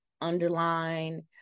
underline